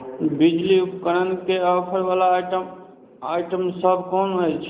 बिजली उपकरणके ऑफरवला आइटम आइटमसभ कोन अछि